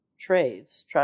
trades